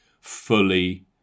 fully